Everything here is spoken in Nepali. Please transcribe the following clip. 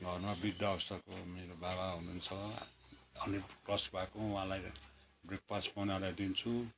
घरमा वृद्धावस्थाको मेरो बाबा हुनुहुन्छ हन्ड्रेड प्लस भएको उहाँलाई ब्रेकफास्ट बनाएर दिन्छु